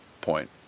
point